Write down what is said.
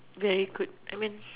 very quick I mean